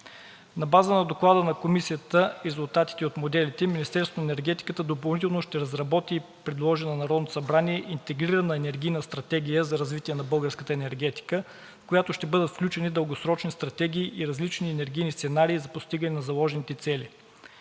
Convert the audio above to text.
На база на доклада на Комисията и резултатите от моделите Министерството на енергетиката допълнително ще разработи и предложи на Народното събрание интегрирана енергийна стратегия за развитие на българската енергетика, в която ще бъдат включени дългосрочни стратегии и различни енергийни сценарии за постигане на заложените цели.